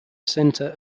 centre